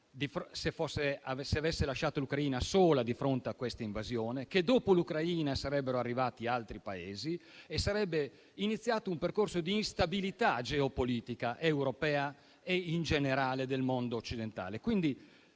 se avesse lasciato l'Ucraina sola di fronte a questa invasione e che, dopo l'Ucraina, sarebbe stata la volta di altri Paesi e sarebbe iniziato un percorso di instabilità geopolitica europea e, in generale, del mondo occidentale.